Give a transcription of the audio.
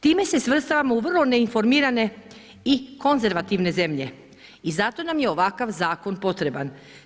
Time se svrstavamo u vrlo neinformirane i konzervativne zemlje i zato nam je ovakav zakon potreban.